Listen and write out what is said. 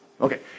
Okay